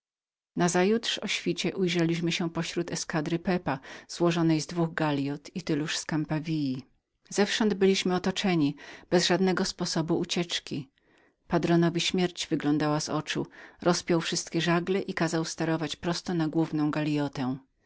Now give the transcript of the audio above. nazajutrz o świcie ujrzeliśmy się pośród eskadry pepa złożonej z dwóch galiot i tyluż szalup zewsząd byliśmy otoczeni bez żadnego sposobu ucieczki patronowi śmierć wyglądała z oczu rozpiął wszystkie żagle i kazał sterować prosto na główną galiotę